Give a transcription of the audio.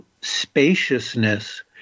spaciousness